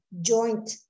joint